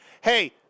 Hey